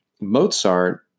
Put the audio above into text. Mozart